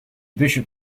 bishop